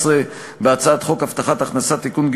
בהצעת חוק הבטחת הכנסה (תיקון,